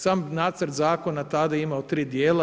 Sam nacrt Zakona tada je imao tri dijela.